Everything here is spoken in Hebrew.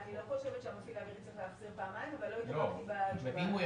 אני לא חושבת שהמפעיל צריך להחזיר פעמיים אבל לא התעמקתי בשאלה.